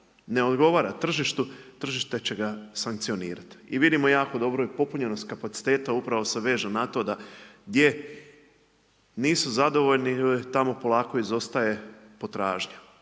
ne odgovara tržištu, tržište će ga sankcionirati i vidimo jako dobro i popunjenost kapaciteta upravo se veže na to da gdje nisu zadovoljni tamo polako izostaje potražnja.